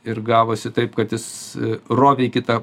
ir gavosi taip kad jis rovė į kitą